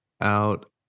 out